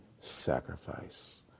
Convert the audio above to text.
sacrifice